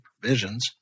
provisions